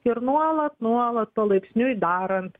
ir nuolat nuolat palaipsniui darant